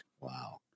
Wow